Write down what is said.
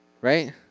right